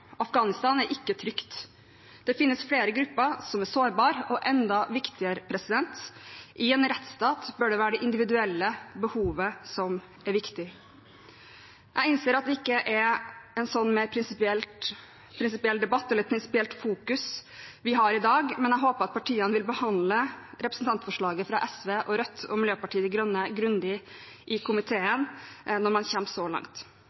Afghanistan er ikke trygt. Det finnes flere grupper som er sårbare, og enda viktigere: I en rettsstat bør det være det individuelle behovet som er viktig. Jeg innser at det ikke er et slikt prinsipielt fokus i debatten i dag, men jeg håper at partiene vil behandle representantforslaget fra SV, Rødt og Miljøpartiet De Grønne grundig i komiteen, når man kommer så langt.